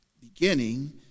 beginning